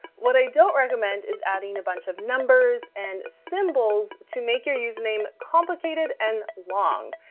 what i don't recommend is adding a bunch of numbers and symbols to make your username complicated and long.